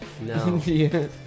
No